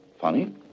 Funny